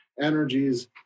energies